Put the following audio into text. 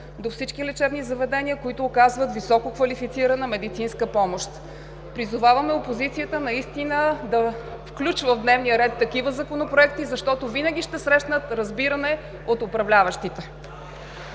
до всички лечебни заведения, които оказват висококвалифицирана медицинска помощ. Призоваваме опозицията наистина да включва в дневния ред такива законопроекти, защото винаги ще срещнат разбиране от управляващите.